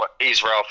Israel